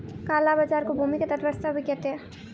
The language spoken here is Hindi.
काला बाजार को भूमिगत अर्थव्यवस्था भी कहते हैं